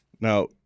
Now